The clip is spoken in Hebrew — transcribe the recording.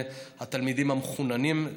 התלמידים המחוננים,